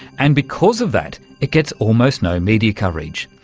and because of that it gets almost no media coverage.